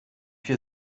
viel